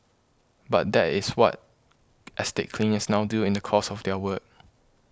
but that is what estate cleaners now do in the course of their work